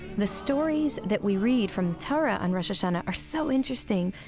the stories that we read from the torah and rosh hashanah are so interesting.